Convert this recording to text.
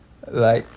like